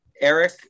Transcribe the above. Eric